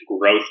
growth